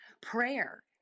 prayer